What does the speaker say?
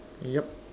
yup